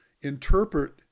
interpret